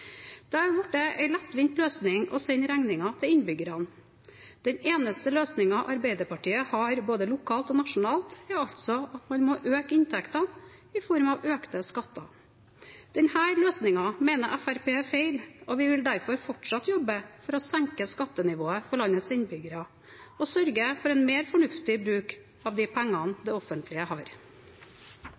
Det er blitt en lettvint løsning å sende regningen til innbyggerne. Den eneste løsningen Arbeiderpartiet har både lokalt og nasjonalt, er altså å øke inntektene i form av økte skatter. Denne løsningen mener Fremskrittspartiet er feil, og vi vil derfor fortsatt jobbe for å senke skattenivået for landets innbyggere og sørge for en mer fornuftig bruk av de pengene det offentlige har.